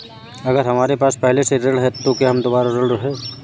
अगर हमारे पास पहले से ऋण है तो क्या हम दोबारा ऋण हैं?